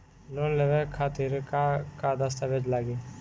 Loan लेवे खातिर का का दस्तावेज लागी?